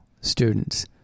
students